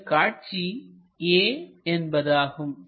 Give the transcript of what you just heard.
இந்தக் காட்சி a என்பதாகும்